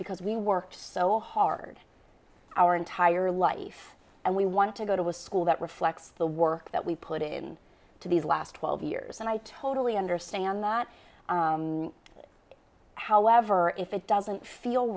because we worked so hard our entire life and we want to go to a school that reflects the work that we put in to these last twelve years and i totally understand that however if it doesn't feel